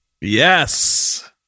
Yes